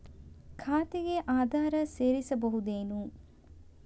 ಖಾತೆಗೆ ಆಧಾರ್ ಸೇರಿಸಬಹುದೇನೂ?